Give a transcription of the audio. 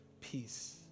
peace